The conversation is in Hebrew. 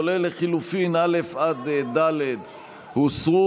כולל לחלופין א' עד ד' הוסרו.